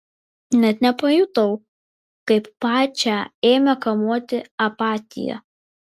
net nepajutau kaip pačią ėmė kamuoti apatija